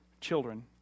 children